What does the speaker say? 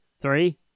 Three